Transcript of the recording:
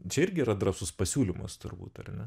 čia irgi yra drąsus pasiūlymas turbūt ar ne